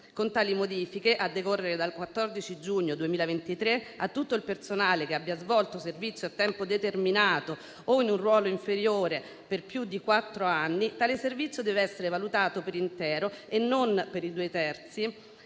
Con tali modifiche, a decorrere dal 14 giugno 2023, a tutto il personale che abbia svolto servizio a tempo determinato o in un ruolo inferiore per più di quattro anni tale servizio deve essere valutato per intero e non per i due terzi,